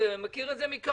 אני מכיר את זה מקרוב,